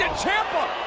ciampa,